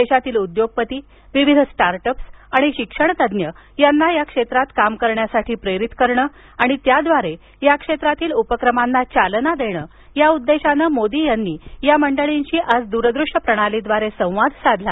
देशातील उद्योगपती स्टार्टअप्स आणि शिक्षण तज्ज्ञ यांना या क्षेत्रात काम करण्यासाठी प्रेरित करणं आणि त्याद्वारे या क्षेत्रातील उपक्रमांना चालना देणं या उद्देशानं मोदी यांनी या मंडळींशी आज दूरदृश्य प्रणालीद्वारे संवाद साधला